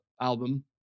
album